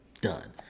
Done